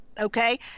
okay